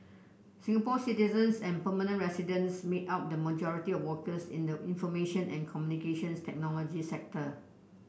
Singapore citizens and permanent residents make up the majority of workers in the information and Communications Technology sector